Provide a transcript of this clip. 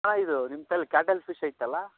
ಅಣ್ಣ ಇದು ನಿಮ್ತಲ್ ಕ್ಯಾಟಲ್ ಫಿಶ್ ಐತಲ್ಲ